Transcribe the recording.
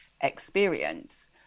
experience